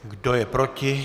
Kdo je proti?